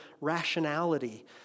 rationality